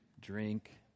drink